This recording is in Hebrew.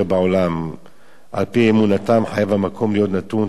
על-פי אמונתם חייב המקום להיות נתון תחת השליטה הישירה